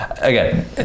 again